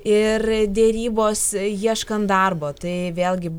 ir derybos ieškant darbo tai vėlgi